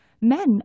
men